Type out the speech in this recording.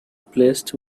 placed